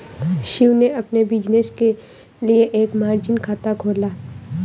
शिव ने अपने बिज़नेस के लिए एक मार्जिन खाता खोला